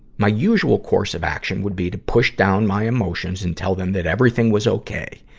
my usual course of action would be to push down my emotions and tell them that everything was okay.